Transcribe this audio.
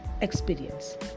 experience